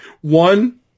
One